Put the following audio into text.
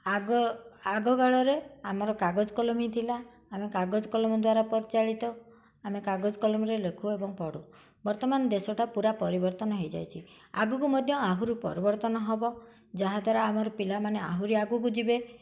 ଆଗ ଆଗକାଳରେ ଆମର କାଗଜ କଲମୀ ଥିଲା ଆମେ କାଗଜ କଲମ ଦ୍ୱାରା ପରିଚାଳିତ ଆମେ କାଗଜ କଲମରେ ଲେଖୁ ଏବଂ ପଢ଼ୁ ବର୍ତ୍ତମାନ ଦେଶଟା ପୁରା ପରିବର୍ତ୍ତନ ହେଇଯାଇଛି ଆଗକୁ ମଧ୍ୟ ଆହୁରି ପରିବର୍ତ୍ତନ ହବ ଯାହାଦ୍ୱାରା ଆମର ପିଲାମାନେ ଆହୁରି ଆଗକୁ ଯିବେ